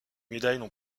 médailles